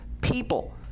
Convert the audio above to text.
people